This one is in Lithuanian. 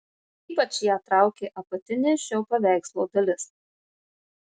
ypač ją traukė apatinė šio paveikslo dalis